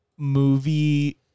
movie